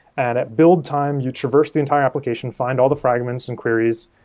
and at build time, you traverse the entire application, find all the fragments and queries,